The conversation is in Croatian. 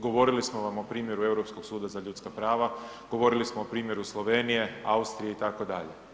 Govorili smo vam o primjeru Europskog suda za ljudska prava, govorili smo o primjeru Slovenije, Austrije, itd.